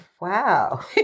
Wow